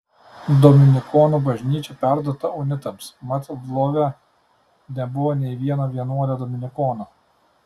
dominikonų bažnyčia perduota unitams mat lvove nebuvo nei vieno vienuolio dominikono